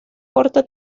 corta